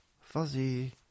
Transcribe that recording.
Fuzzy